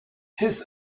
his